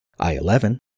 I-11